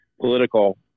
political